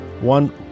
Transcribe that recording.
one